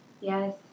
Yes